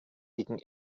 gegen